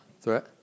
Threat